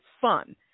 fun